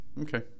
Okay